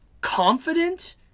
confident